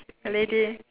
the lady